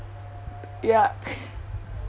ya